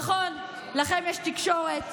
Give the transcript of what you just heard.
נכון, לכם יש תקשורת,